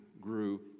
grew